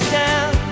down